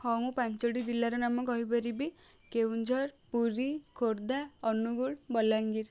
ହଁ ମୁଁ ପାଞ୍ଚଟି ଜିଲ୍ଲାର ନାମ କହିପାରିବି କେଉଁଝର ପୁରୀ ଖୋର୍ଦ୍ଧା ଅନୁଗୁଳ ବଲାଙ୍ଗୀର